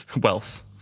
wealth